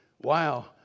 wow